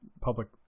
public